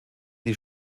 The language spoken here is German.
die